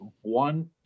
one